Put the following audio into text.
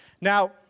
Now